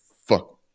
fuck